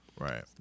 right